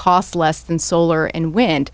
cost less than solar and wind